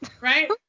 Right